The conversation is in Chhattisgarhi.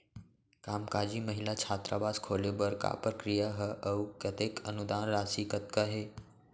कामकाजी महिला छात्रावास खोले बर का प्रक्रिया ह अऊ कतेक अनुदान राशि कतका हे?